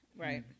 Right